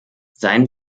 seien